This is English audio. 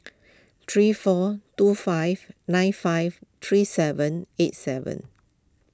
three four two five nine five three seven eight seven